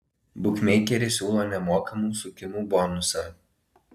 bukmeikeris siūlo nemokamų sukimų bonusą